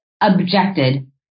objected